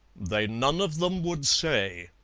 they none of them would say.